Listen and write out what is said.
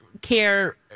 care